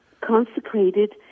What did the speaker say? Consecrated